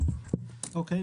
אוקיי.